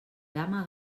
dama